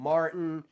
Martin